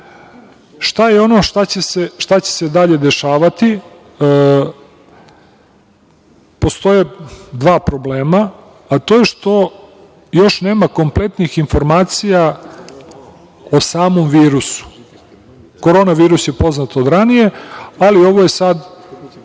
je ono šta će se dalje dešavati? Postoje dva problema, a to je što još nema kompletnih informacija o samom virusu. Korona virus je poznat od ranije, ali ovo je sada